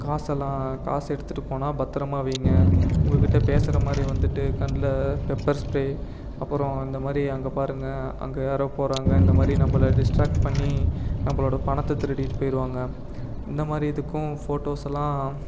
காசெல்லாம் காசு எடுத்துட்டு போனால் பத்திரமா வைங்க உங்கள்கிட்ட பேசுகிற மாதிரி வந்துட்டு கண்ணில் பெப்பர் ஸ்ப்ரே அப்புறம் இந்தமாதிரி அங்கே பாருங்கள் அங்கே யாரோ போகிறாங்க இந்தமாதிரி நம்மள டிஸ்ட்ராக்ட் பண்ணி நம்மளோட பணத்தை திருடிட்டு போயிடுவாங்க இந்தமாதிரி இதுக்கும் ஃபோட்டோஸலாம்